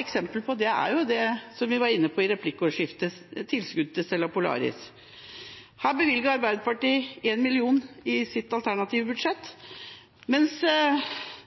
eksempel på det er det som vi var inne på i replikkordskiftet, tilskuddet til Stella Polaris. Til dette bevilget Arbeiderpartiet 1 mill. kr i sitt alternative budsjett, mens